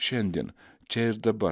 šiandien čia ir dabar